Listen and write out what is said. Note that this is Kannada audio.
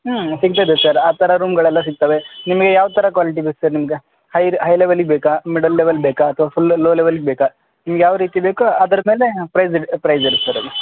ಹಾಂ ಸಿಗ್ತದೆ ಸರ್ ಆ ಥರ ರೂಮ್ಗಳೆಲ್ಲ ಸಿಗ್ತವೆ ನಿಮಗೆ ಯಾವ್ಥರ ಕ್ವಾಲಿಟಿ ಬೇಕು ಸರ್ ನಿಮಗೆ ಹೈದು ಹೈ ಲೆವೆಲಿದು ಬೇಕಾ ಮಿಡಲ್ ಲೆವೆಲ್ ಬೇಕಾ ಅಥ್ವಾ ಫುಲ್ ಲೋ ಲೆವೆಲಿದು ಬೇಕಾ ನಿಮ್ಗೆ ಯಾವರೀತಿ ಬೇಕೊ ಅದ್ರ ಮೇಲೆ ಪ್ರೈಜ್ ಇದೆ ಪ್ರೈಜ್ ಇರತ್ತೆ ಸರ್ ಅದು